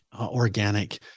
organic